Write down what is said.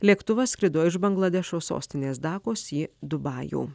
lėktuvas skrido iš bangladešo sostinės dakos į dubajų